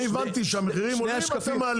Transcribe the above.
אני הבנתי, כשהמחירים עולים אתם מעלים